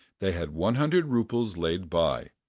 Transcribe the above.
they had one hundred roubles laid by.